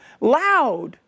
loud